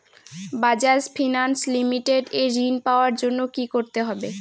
Bajaj finance limited এ ঋন পাওয়ার জন্য কি করতে হবে?